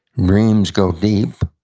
dreams go deep,